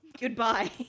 Goodbye